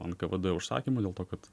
nkvd užsakymu dėl to kad